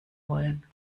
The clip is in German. wollen